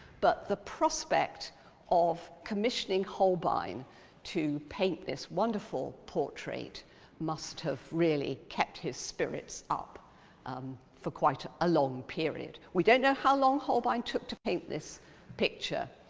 but the prospect of commissioning holbein to paint this wonderful portrait must have really kept his spirits up um for quite a ah long period. we don't know how long holbein took to paint this picture,